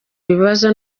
ibibazo